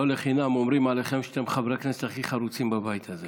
לא לחינם אומרים עליכם שאתם חברי הכנסת הכי חרוצים בבית הזה.